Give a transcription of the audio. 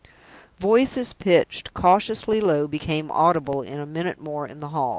voices pitched cautiously low became audible in a minute more in the hall.